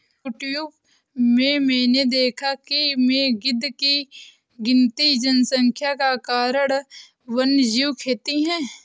YouTube में मैंने देखा है कि गिद्ध की गिरती जनसंख्या का कारण वन्यजीव खेती है